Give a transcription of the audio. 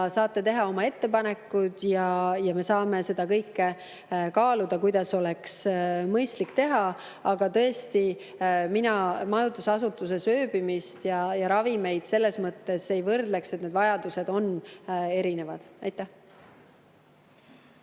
saate teha oma ettepanekud ja me saame kõike kaaluda, kuidas oleks mõistlik teha. Aga tõesti, mina majutusasutuses ööbimist ja ravimeid selles mõttes ei võrdleks, need vajadused on erinevad. Aitäh!